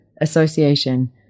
association